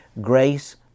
grace